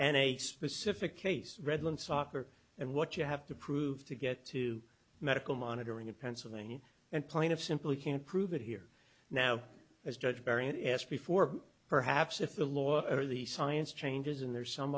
and a specific case redland soccer and what you have to prove to get to medical monitoring in pennsylvania and plaintiff simply can't prove it here now as judge perry and asked before perhaps if the law or the science changes and there's some